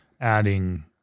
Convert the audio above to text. adding